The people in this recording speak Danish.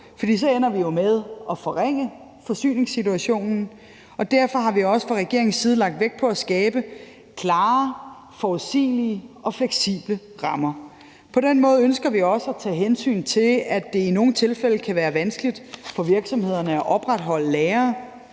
For så ender vi jo med at forringe forsyningssituationen, og derfor har vi også fra regeringens side lagt vægt på at skabe klare, forudsigelige og fleksible rammer. På den måde ønsker vi også at tage hensyn til, at det i nogle tilfælde kan være vanskeligt for virksomhederne at opretholde lagre.